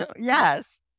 Yes